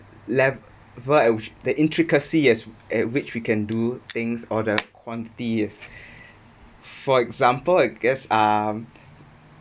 level with the intricacy as at which we can do things or the quantity it for example I guess um